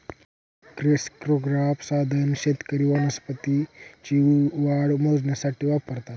crescograph साधन शेतकरी वनस्पतींची वाढ मोजण्यासाठी वापरतात